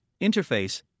interface